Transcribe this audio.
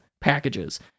packages